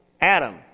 Adam